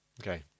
Okay